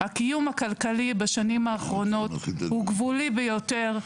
הקיום הכלכלי בשנים האחרונות הוא גבולי ביותר,